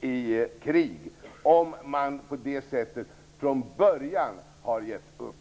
i krig, om man på det sättet från början har givit upp?